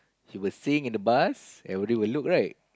he will sing in the bus everybody will look right